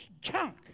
junk